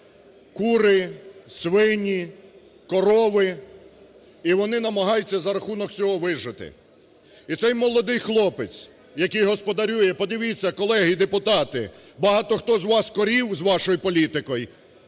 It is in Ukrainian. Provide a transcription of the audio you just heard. кури, свині, корови. І вони намагаються за рахунок цього вижити. І цей молодий хлопець, який господарює… Подивіться, колеги-депутати, багато, хто з вас корів з вашою політикою…